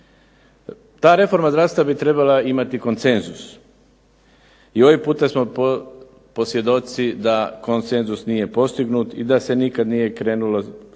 Ta reforma zdravstva bi trebala imati konsenzus. I ovim putem smo svjedoci da konsenzus nije postignut i da se nikad nije krenulo